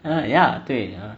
uh ya 对 uh